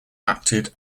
acted